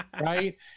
right